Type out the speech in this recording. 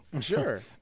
Sure